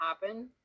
happen